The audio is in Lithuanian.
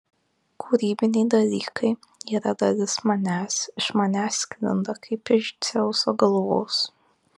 kūrybiniai dalykai yra dalis manęs iš manęs sklinda kaip iš dzeuso galvos